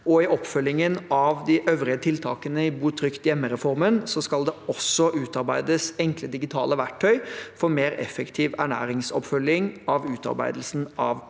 I oppfølgingen av de øvrige tiltakene i bo trygt hjemme-reformen skal det også utarbeides enkle digitale verktøy for mer effektiv ernæringsoppfølging av utarbeidelsen av planverk.